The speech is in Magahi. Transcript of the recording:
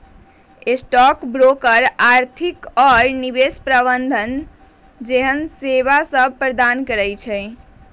स्टॉक ब्रोकर आर्थिक आऽ निवेश प्रबंधन जेहन सेवासभ प्रदान करई छै